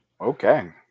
okay